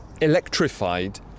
electrified